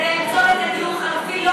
כדי למצוא דיור חלופי,